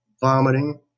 vomiting